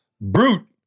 Brute